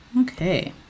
okay